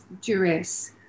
duress